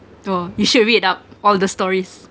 oh you should read up all the stories